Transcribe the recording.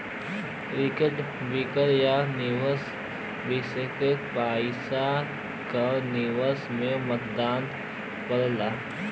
stock broker या निवेश विषेसज्ञ पइसा क निवेश में मदद करला